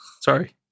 Sorry